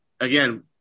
again